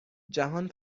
جهان